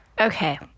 Okay